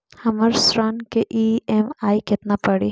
हमर ऋण के ई.एम.आई केतना पड़ी?